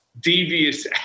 devious